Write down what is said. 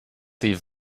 die